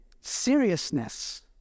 seriousness